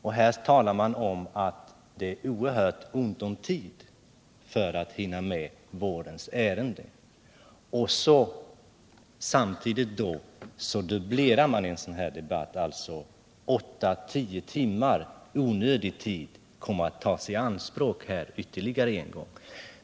Man talar om att det är oerhört ont om tid för att hinna med vårens ärenden, och samtidigt dubblerar man en sådan här debatt! 8 å 10 timmar onödig tid kommer alltså att tas i anspråk ytterligare en gång.